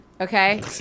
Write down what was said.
okay